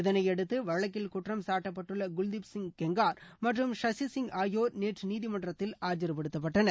இதனையடுத்து வழக்கில் குற்றம் சாட்டப்பட்டுள்ள குல்தீப் சிங் செங்கர் மற்றும் சஷி சிங் ஆகியோர் நேற்று நீதிமன்றத்தில் ஆஜர்படுத்தப்பட்டனர்